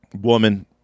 woman